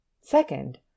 Second